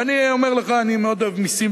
ואני אומר לך, אני מאוד אוהב מסים.